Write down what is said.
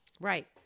Right